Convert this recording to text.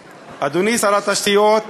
אדוני, שר התשתיות